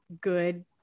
good